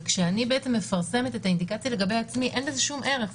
כשאני מפרסמת את האינדיקציה לגבי עצמי אין לזה שום ערך,